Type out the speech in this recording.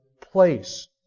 place